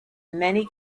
many